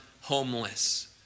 homeless